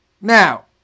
Now